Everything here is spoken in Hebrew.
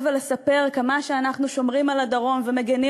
בזמן הזה,